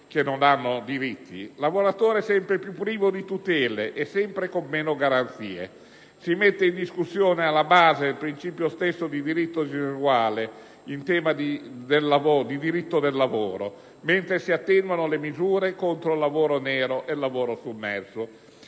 che non hanno diritti; al lavoratore che è sempre più privo di tutele e con sempre meno garanzie. Si mette in discussione alla base il principio stesso di diritto individuale in tema di diritto del lavoro, mentre si attenuano le misure contro il lavoro nero e sommerso.